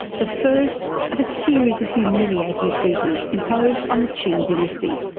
the first of a series of humiliating treaties imposed on the qing dynasty.